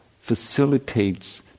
facilitates